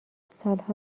سالها